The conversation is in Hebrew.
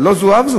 אבל זו אף זו,